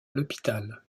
l’hôpital